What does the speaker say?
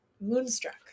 Moonstruck